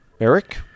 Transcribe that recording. Eric